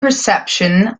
perception